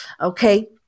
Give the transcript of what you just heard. Okay